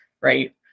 right